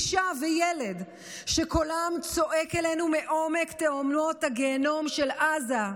אישה וילד שקולם צועק אלינו מעומק תהומות הגיהינום של עזה: